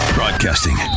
Broadcasting